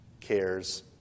cares